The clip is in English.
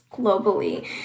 globally